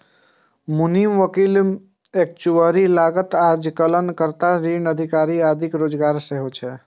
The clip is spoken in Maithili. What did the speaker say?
मुनीम, वकील, एक्चुअरी, लागत आकलन कर्ता, ऋण अधिकारी आदिक रोजगार सेहो छै